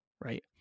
Right